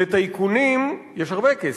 לטייקונים יש הרבה כסף.